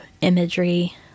imagery